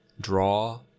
draw